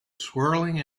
swirling